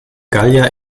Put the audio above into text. gallier